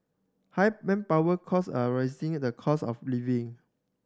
high manpower cost are rising in the cost of living